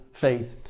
faith